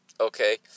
okay